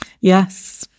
Yes